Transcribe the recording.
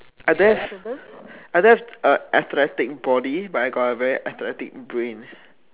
I don't have I don't have a athletic body but I got a very athletic brain